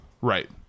right